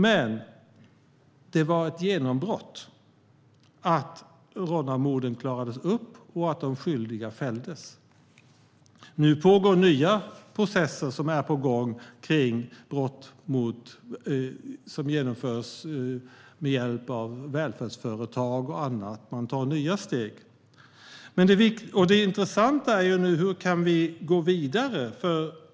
Men det var ett genombrott att Ronnamorden klarades upp och att de skyldiga fälldes. Nu pågår nya processer kring brott som genomförs med hjälp av välfärdsföretag och så vidare. Man tar nya steg. Det intressanta är nu hur vi kan gå vidare.